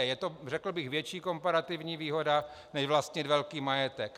Je to, řekl bych, větší komparativní výhoda než vlastnit velký majetek.